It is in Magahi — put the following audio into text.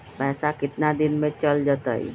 पैसा कितना दिन में चल जतई?